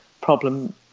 problem